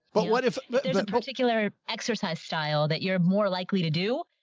but what if there's a particular exercise style that you're more likely to do?